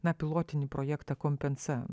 na pilotinį projektą kompensa